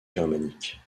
germaniques